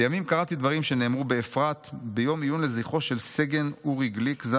"לימים קראתי דברים שנאמרו באפרת ביום עיון לזכרו של סגן אורי גליק,